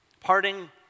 Parting